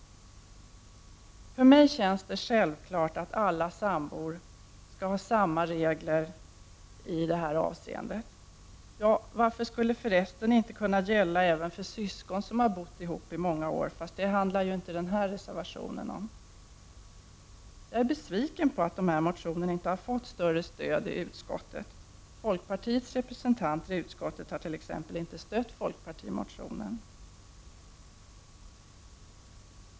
För mig känns det självklart att alla sambor skall ha samma regler i det här avseendet. Varför skulle det förresten inte kunna gälla även syskon som bott ihop i många år? Fast det handlar ju inte den här reservationen om. Jag är besviken på att motionerna inte har fått större stöd i utskottet. Folkpartiets representanter i utskottet har t.ex. inte stött folkpartimotionen.